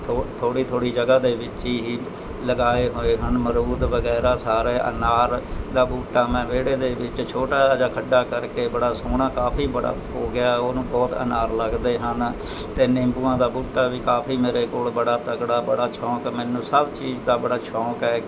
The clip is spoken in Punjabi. ਥੋ ਥੋੜੀ ਥੋੜੀ ਜਗ੍ਹਾ ਦੇ ਵਿੱਚ ਹੀ ਲਗਾਏ ਹੋਏ ਹਨ ਮਰੂਦ ਵਗੈਰਾ ਸਾਰੇ ਅਨਾਰ ਦਾ ਬੂਟਾ ਮੈਂ ਵਿਹੜੇ ਦੇ ਵਿੱਚ ਛੋਟਾ ਜਾ ਖੱਡਾ ਕਰ ਕੇ ਬੜਾ ਸੋਹਣਾ ਕਾਫੀ ਬੜਾ ਹੋ ਗਿਆ ਓਹਨੂੰ ਬਹੁਤ ਅਨਾਰ ਲੱਗਦੇ ਹਨ ਅਤੇ ਨਿੰਬੂਆਂ ਦਾ ਬੂਟਾ ਵੀ ਕਾਫ਼ੀ ਮੇਰੇ ਕੋਲ ਬੜਾ ਤਕੜਾ ਬੜਾ ਸ਼ੌਂਕ ਮੈਨੂੰ ਸਭ ਚੀਜ਼ ਦਾ ਬੜਾ ਸ਼ੌਂਕ ਹੈ